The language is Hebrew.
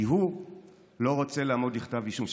כי הוא לא רוצה לעמוד בכתב אישום.